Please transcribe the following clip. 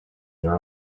their